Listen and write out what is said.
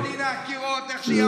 יש סיסמאות על הקירות, כמו שהיא אמרה.